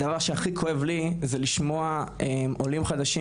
הדבר שהכי כואב לי זה לשמוע עולים לחדשים